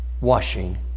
washing